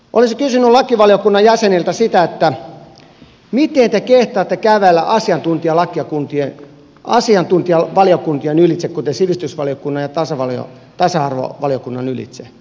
olisin kysynyt lakivaliokunnan jäseniltä sitä miten te kehtaatte kävellä asiantuntijavaliokuntien kuten sivistysvaliokunnan ja tasa arvovaliokunnan ylitse